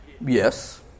Yes